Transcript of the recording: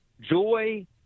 joy